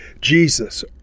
Jesus